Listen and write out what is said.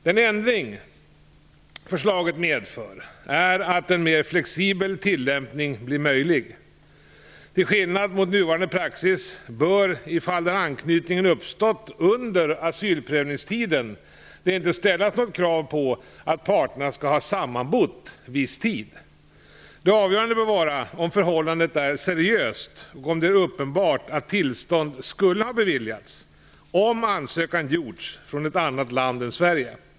Den ändring förslaget medför är att en mer flexibel tillämpning blir möjlig. Till skillnad mot nuvarande praxis bör i fall där anknytningen uppstått under asylprövningstiden det inte ställas något krav på att parterna skall ha sammanbott viss tid. Det avgörande bör vara om förhållandet är seriöst och om det är uppenbart att tillstånd skulle ha beviljats om ansökan gjorts från ett annat land än Sverige.